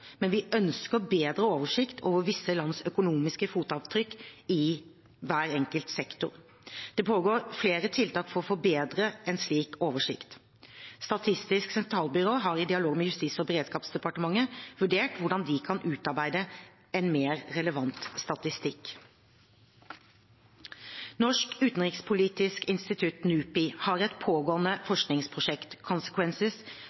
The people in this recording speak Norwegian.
men vi ønsker bedre oversikt over visse lands økonomiske fotavtrykk i hver enkelt sektor. Det pågår flere tiltak for å forbedre en slik oversikt. Statistisk sentralbyrå har i dialog med Justis- og beredskapsdepartementet vurdert hvordan de kan utarbeide en mer relevant statistikk. Norsk Utenrikspolitisk Institutt, NUPI, har et pågående